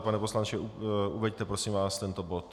Pane poslanče, uveďte, prosím vás, tento bod.